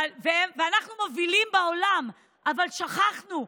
ואנחנו מובילים בעולם, אבל שכחנו.